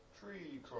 Tree